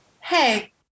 Hey